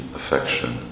affection